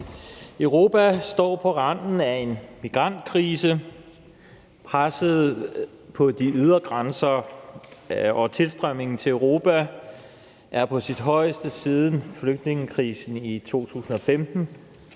Europa står på randen af en migrantkrise. Presset på de ydre grænser og tilstrømningen til Europa er på sit højeste siden flygtningekrisen i 2015